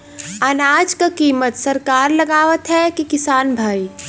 अनाज क कीमत सरकार लगावत हैं कि किसान भाई?